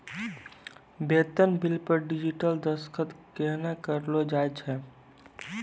बेतन बिल पर डिजिटल दसखत केना करलो जाय छै?